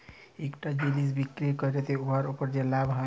ইকটা জিলিস বিক্কিরি ক্যইরে উয়ার উপর যে লাভ হ্যয়